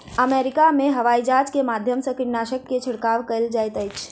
America में हवाईजहाज के माध्यम से कीटनाशक के छिड़काव कयल जाइत अछि